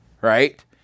Right